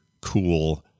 cool